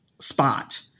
spot